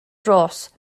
dros